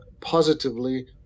positively